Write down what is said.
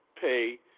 pay